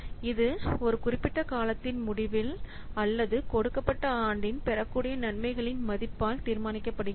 இது ஒரு குறிப்பிட்ட காலத்தின் முடிவில் அல்லது கொடுக்கப்பட்ட ஆண்டின் பெறக்கூடிய நன்மைகளின் மதிப்பால் தீர்மானிக்கப்படுகிறது